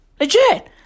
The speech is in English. Legit